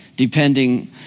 depending